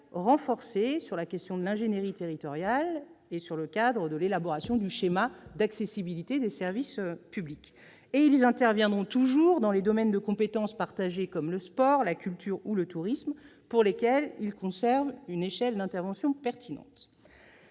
renforcés sur la question de l'ingénierie territoriale et sur le cadre de l'élaboration du schéma d'accessibilité des services publics. En outre, ils interviendront toujours dans les domaines de compétences partagées comme le sport, la culture ou le tourisme, pour lesquels ils conservent une échelle d'intervention pertinente.